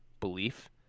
belief